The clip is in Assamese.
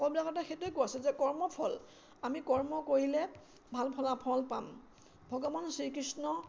সকলো বিলাকত সেইটোৱে কৈ আছে যে কৰ্মফল আমি কৰ্ম কৰিলে ভাল ফলাফল পাম ভগৱান শ্ৰীকৃষ্ণ